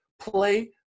play